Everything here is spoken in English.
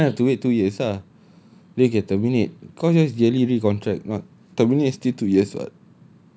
ya that one have to wait two years ah then can terminate cause yours is yearly recontract not terminate is still two years [what]